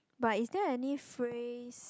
but is there any phrase